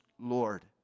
Lord